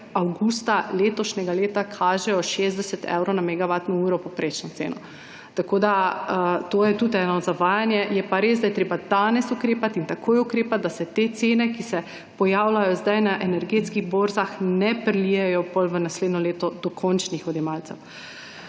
avgusta letošnjega leta kažejo 60 evrov na MWh povprečno ceno. To je tudi eno zavajanje. Je pa res, da je treba danes ukrepati in takoj ukrepati, da se te cene, ki se pojavljajo zdaj na energetskih borzah, ne prelijejo potem naslednjo leto do končnih odjemalcev.